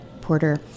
porter